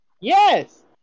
Yes